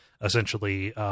essentially